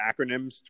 acronyms